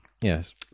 Yes